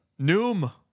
Noom